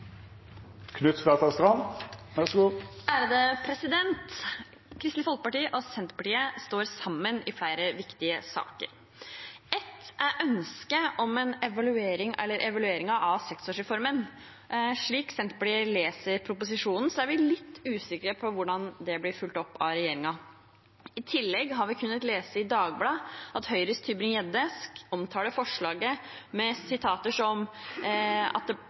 ønsket om evalueringen av seksåringsreformen. Slik Senterpartiet leser proposisjonen, er vi litt usikre på hvordan det blir fulgt opp av regjeringen. I tillegg har vi kunnet lese i Dagbladet at Høyres Tybring-Gjedde omtaler forslaget med sitater som at en har «romantisert reform L97», at det